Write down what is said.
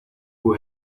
who